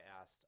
asked